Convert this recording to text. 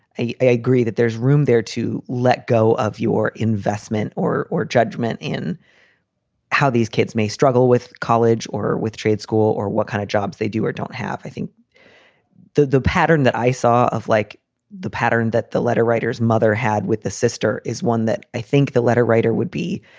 i i agree that there's room there to. let go of your investment or or judgment in how these kids may struggle with college or with trade school or what kind of jobs they do or don't have. i think the the pattern that i saw of like the pattern that the letter writers mother had with the sister is one that i think the letter writer would be